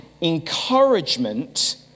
encouragement